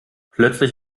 plötzlich